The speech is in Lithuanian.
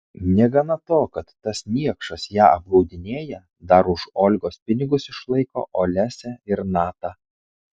negana to kad tas niekšas ją apgaudinėja dar už olgos pinigus išlaiko olesią ir natą